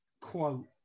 quote